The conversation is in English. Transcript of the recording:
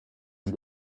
and